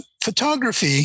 Photography